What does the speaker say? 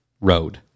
road